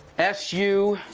s u